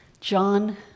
John